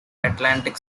atlantic